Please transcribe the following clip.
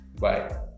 bye